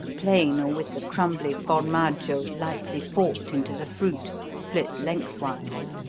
plain or with the crumbly formaggio lightly forked into the fruit, split lengthwise.